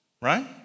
right